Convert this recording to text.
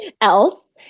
else